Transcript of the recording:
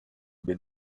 been